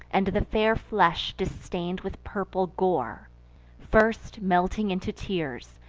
and the fair flesh distain'd with purple gore first, melting into tears,